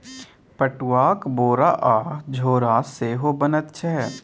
पटुआक बोरा आ झोरा सेहो बनैत छै